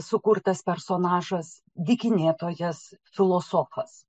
sukurtas personažas dykinėtojas filosofas